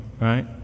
right